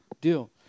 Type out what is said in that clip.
deal